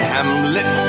Hamlet